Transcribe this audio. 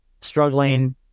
struggling